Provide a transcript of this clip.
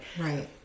right